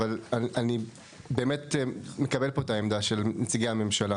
אבל אני באמת מקבל פה את העמדה של נציגי הממשלה.